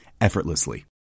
effortlessly